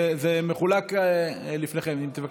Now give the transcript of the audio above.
זה מחולק לפניכם, אם תבקשו.